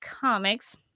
comics